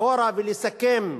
אחורה ולסכם,